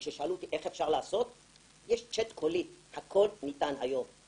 יש כאן גם יועצי נגישות של עיריות.